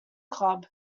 club